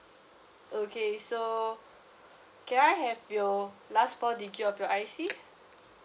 okay so can I have your last four digit of your I_C